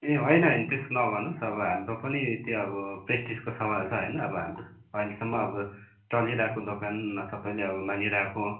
ए होइन होइन त्यसो नगर्नु होस् अब हाम्रो पनि त्यो अब प्रेस्टिजको सवाल छ होइन अब हाम्रो अहिलेसम्म अब चलिरहेको दोकान सबैले अब मानिरहेको